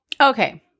Okay